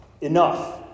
enough